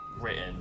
written